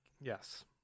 Yes